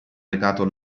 recato